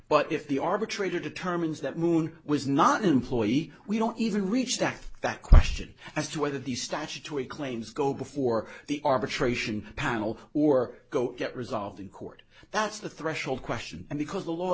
but if the arbitrator determines that moon was not an employee we don't even reach that that question as to whether these statutory claims go before the arbitration panel or go get resolved in court that's the threshold question and because the law